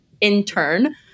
intern